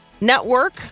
Network